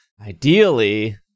ideally